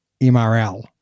MRL